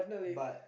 but